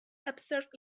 observed